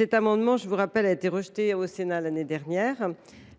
un amendement identique a été rejeté par le Sénat l’année dernière.